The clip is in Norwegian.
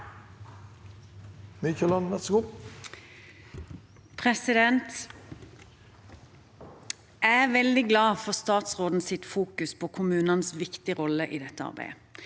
Jeg er veldig glad for statsrådens fokus på kommunenes viktige rolle i dette arbeidet.